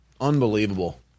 Unbelievable